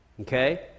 Okay